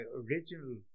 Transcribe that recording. original